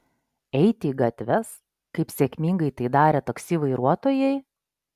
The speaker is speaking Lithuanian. eiti į gatves kaip sėkmingai tai darė taksi vairuotojai